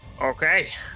Okay